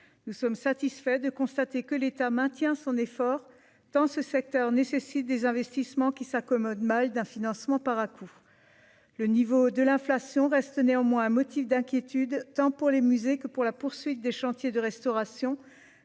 nous sommes satisfaits de constater que l'État maintient son effort dans ce secteur, nécessite des investissements qui s'accommode mal d'un financement par à-coups, le niveau de l'inflation reste néanmoins un motif d'inquiétude, tant pour les musées que pour la poursuite des chantiers de restauration